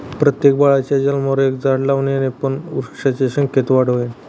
प्रत्येक बाळाच्या जन्मावर एक झाड लावल्याने पण वृक्षांच्या संख्येत वाढ होईल